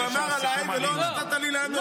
הוא אמר עליי ולא נתת לי לענות.